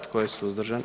Tko je suzdržan?